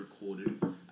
recorded